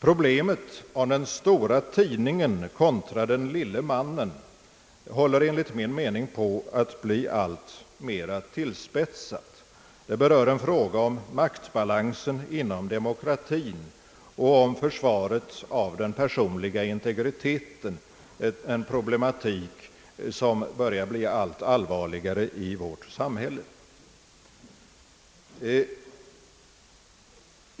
Problemet om den stora tidningen kontra den lille mannen håller enligt min mening på att bli alltmera tillspetsat. Det berör en fråga om maktbalansen inom demokratien och om försvaret av den personliga integriteten, en problematik som börjar bli allt allvarligare i vårt samhälle.